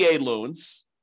loans